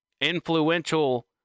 influential